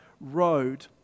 road